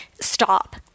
stop